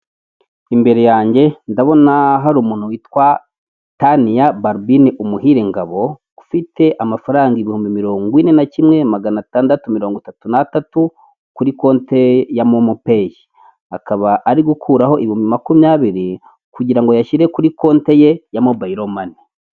Imbere yanjye ndabona har'umuntu witwa Tania Barbine Umuhire Ngabo, ufite amafaranga ibihumbi mirongo ine na kimwe magana atandatu mirongo itatu n'atatu, kuri konte ye ya momo peyi. Akaba ari gukuraho ibihumbi makumyabiri, kugirango ayashyire kuri konte ye ya mobayiro mani.